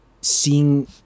seeing